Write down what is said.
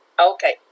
okay